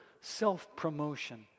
self-promotion